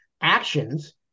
actions